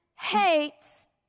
hates